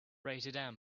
rated